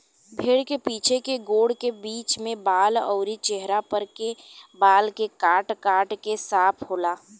भेड़ के पीछे के गोड़ के बीच में बाल अउरी चेहरा पर के बाल के काट काट के साफ होला